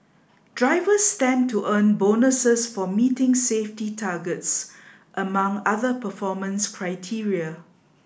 drivers stand to earn bonuses for meeting safety targets among other performance criteria